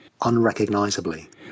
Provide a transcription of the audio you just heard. unrecognisably